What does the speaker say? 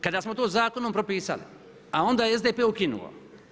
Kada smo to zakonom propisali, a onda je SDP ukinuo.